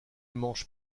manges